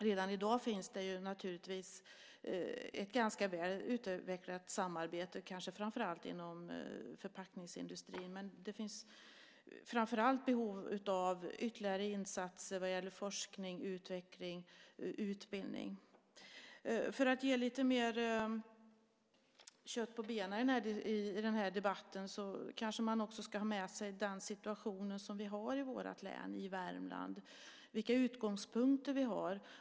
Redan i dag finns naturligtvis ett ganska väl utvecklat samarbete, kanske framför allt inom förpackningsindustrin, men det finns framför allt behov av ytterligare insatser vad gäller forskning, utveckling och utbildning. För att ge lite mer kött på benen i den här debatten kanske man också ska ha med sig den situation som vi har i vårt län, i Värmland, och vilka utgångspunkter vi har.